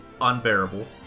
unbearable